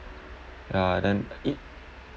ya then i~